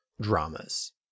dramas